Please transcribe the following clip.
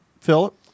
Philip